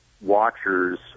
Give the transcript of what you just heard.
watchers